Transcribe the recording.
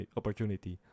opportunity